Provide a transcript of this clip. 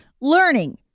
learning